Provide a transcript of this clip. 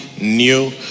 New